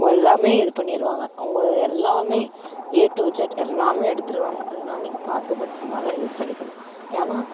எல்லாம் இது பண்ணிடுவாங்க அவங்க எல்லாமே ஏ டு இஸட் எல்லாமே எடுத்துடுவாங்க அதனால் நீங்கள் பார்த்து பத்திரமாதான் நீங்கள் இது பண்ணிக்கணும் ஏனால்